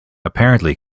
apparently